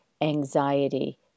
anxiety